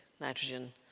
nitrogen